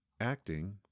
acting